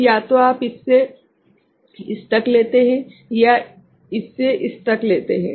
तो या तो आप इससे इस तक लेते हैं या आप इससे इस तक लेते हैं